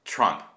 Trump